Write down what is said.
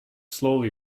slowly